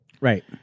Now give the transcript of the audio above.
right